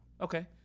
Okay